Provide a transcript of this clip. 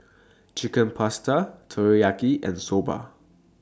Chicken Pasta Teriyaki and Soba